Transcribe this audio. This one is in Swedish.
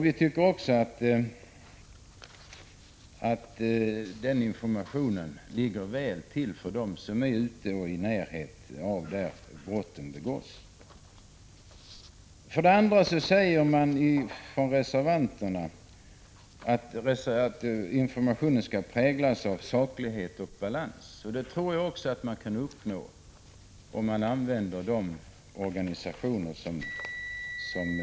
Vi tycker också att den informationen ligger väl till för dem som är i närheten, som finns på de håll där brotten begås. Reservanterna säger att informationen skall prägas av saklighet och balans. Det tror jag också att man kan uppnå, om man utnyttjar de organisationer som nämnts.